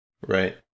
Right